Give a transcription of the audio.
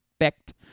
expect